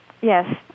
Yes